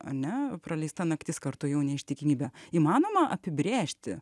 ane praleista naktis kartu jau neištikimybė įmanoma apibrėžti